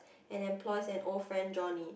and employs an old friend Johnny